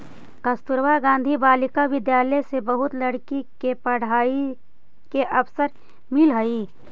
कस्तूरबा गांधी बालिका विद्यालय से बहुत लड़की के पढ़ाई के अवसर मिलऽ हई